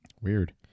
weird